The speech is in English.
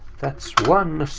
that's once.